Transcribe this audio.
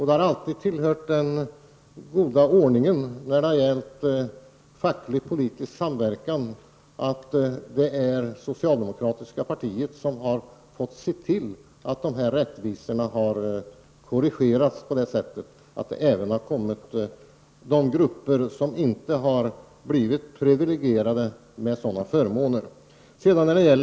Det har alltid tillhört den goda ordningen när det gäller facklig-politisk samverkan att det socialdemokratiska partiet har fått se till att dessa orättvisor har korrigerats så att sådana förmåner även har kommit de grupper till del som inte har varit så privilegierade.